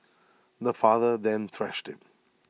the father then thrashed him